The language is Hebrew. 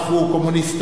עפו הוא קומוניסט,